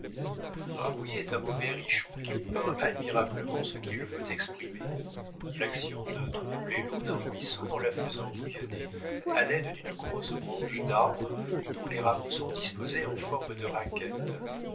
rabouiller est un mot berrichon qui peint admirablement ce qu'il veut exprimer l'action de troubler l'eau d'un ruisseau en la faisant bouillonner à l'aide d'une grosse branche d'arbre dont les rameaux sont disposés en forme de raquette